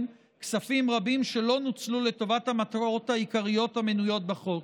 כספים רבים שלא נוצלו לטובת המטרות העיקריות המנויות בחוק.